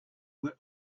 were